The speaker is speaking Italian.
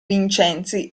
vincenzi